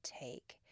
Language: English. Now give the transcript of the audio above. take